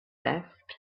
left